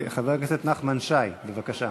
חבר הכנסת נחמן שי, בבקשה.